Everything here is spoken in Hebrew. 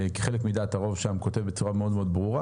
כחלק מדעת הרוב שם כותב בצורה מאוד-מאוד ברורה